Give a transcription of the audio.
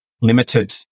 limited